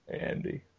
Andy